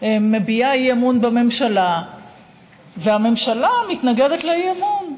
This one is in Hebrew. מביעה אי-אמון בממשלה והממשלה מתנגדת לאי-אמון.